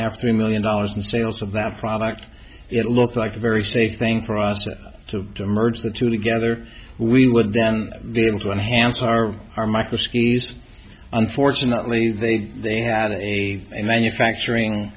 half three million dollars in sales of that product it looks like a very safe thing for us to merge the two together we would then be able to enhance our r mycoskie unfortunately they they had a manufacturing